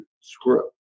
script